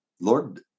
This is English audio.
Lord